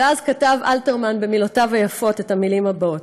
ואז כתב אלתרמן במילותיו היפות את המילים האלה: